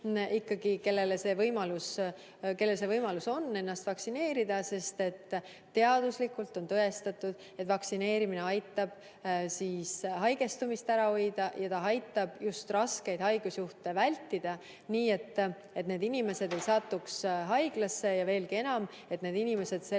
kõigil, kellel see võimalus on, lasta ennast vaktsineerida, sest teaduslikult on tõestatud, et vaktsineerimine aitab haigestumist ära hoida, see aitab just raskeid haigusjuhte vältida, nii et inimesed ei satuks haiglasse ja, veelgi enam, et inimesed selle